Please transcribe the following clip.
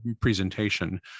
presentation